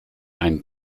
ein